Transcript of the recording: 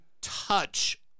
touch